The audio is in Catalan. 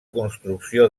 construcció